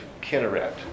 Kinneret